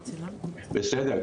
בסדר,